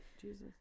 Jesus